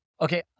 Okay